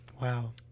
Wow